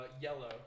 yellow